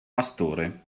pastore